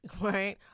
right